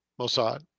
Mossad